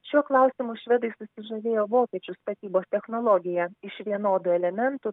šiuo klausimu švedai susižavėjo vokiečių statybos technologija iš vienodų elementų